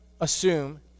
assume